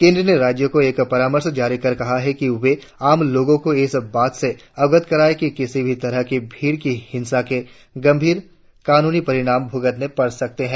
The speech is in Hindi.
केंद्र ने राज्यों को एक परामर्श जारि कर कहा है कि वे आम लोगों को इस बात से अवगत कराएं की किसी भी तरह की भीड़ की हिंसा के गंभीर कानूनी परिणाम भूगतने पड़ सकते हैं